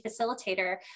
facilitator